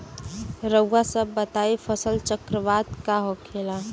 रउआ सभ बताई फसल चक्रवात का होखेला?